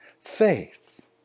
faith